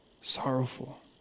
sorrowful